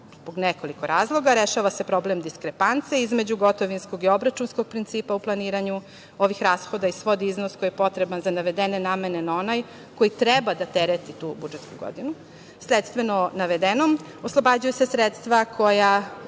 nekoliko razloga, rešava se problem diskrepance između gotovinskog i obračunskog principa u planiranju ovih rashoda i svodi iznos koji je potreban za navedene namene na onaj koji treba da tereti tu budžetsku godinu. Sledstveno navedenom oslobađaju se sredstva koja